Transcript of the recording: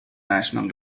national